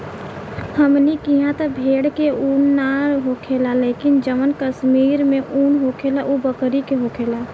हमनी किहा त भेड़ के उन ना होखेला लेकिन जवन कश्मीर में उन होखेला उ बकरी के होखेला